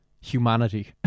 humanity